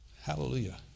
Hallelujah